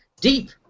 deep